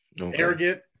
Arrogant